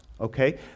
okay